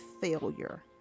failure